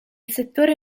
settore